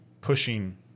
pushing